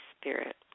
Spirit